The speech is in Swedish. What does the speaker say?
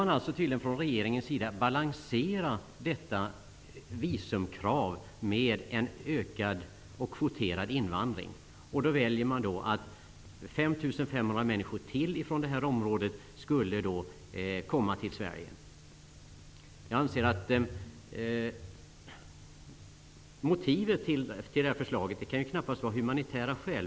Man ville tydligen från regeringens sida balansera detta visumkrav med en ökad kvoterad invandring, och man valde då att låta ytterligare 5 500 människor från det här området komma till Sverige. Det som ligger bakom det här förslaget kan ju knappast vara humanitära skäl.